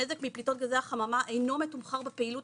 הנזק מפליטות גזי החממה אינו מתומחר בפעילות